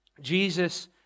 Jesus